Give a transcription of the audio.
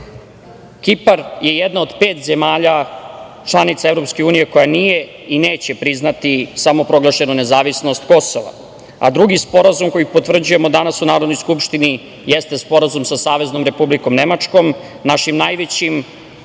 je jedna od pet zemalja članica EU koja nije i neće priznati samoproglašenu nezavisnost Kosova, a drugi sporazum koji potvrđujemo danas u Narodnoj skupštini jeste sporazum sa Saveznom Republikom Nemačkom, našim najvećim